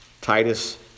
Titus